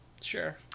Sure